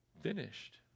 finished